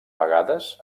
vegades